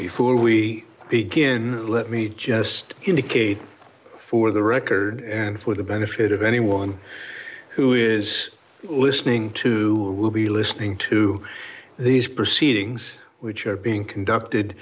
before we begin let me just indicate for the record and for the benefit of anyone who is listening to will be listening to these proceedings which are being conducted